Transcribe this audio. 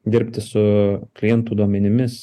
dirbti su klientų duomenimis